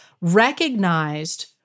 recognized